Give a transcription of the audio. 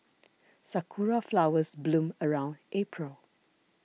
sakura flowers bloom around April